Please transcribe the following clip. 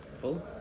Full